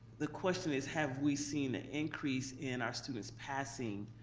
the question is, have we seen an increase in our students passing